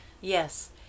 Yes